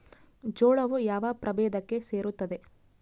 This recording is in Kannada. ಜೋಳವು ಯಾವ ಪ್ರಭೇದಕ್ಕೆ ಸೇರುತ್ತದೆ?